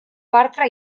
bartra